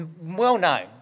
well-known